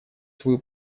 свою